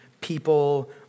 people